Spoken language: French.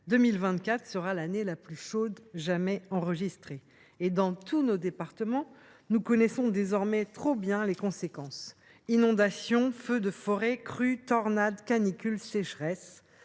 2024 sera la plus chaude jamais enregistrée. Dans tous nos départements, nous connaissons désormais trop bien les conséquences d’un tel état de fait : inondations, feux de forêt, crues, tornades, canicule, sécheresse…